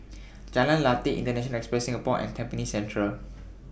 Jalan Lateh International Enterprise Singapore and Tampines Central